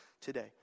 today